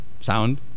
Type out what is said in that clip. Sound